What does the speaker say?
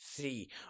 Three